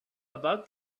about